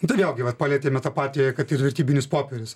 nu tai vėl gi vat palietėme tą patį kad ir vertybinius popierius